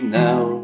now